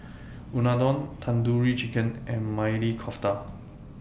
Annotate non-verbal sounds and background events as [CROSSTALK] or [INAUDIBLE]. Unadon Tandoori Chicken and Maili Kofta [NOISE]